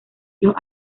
los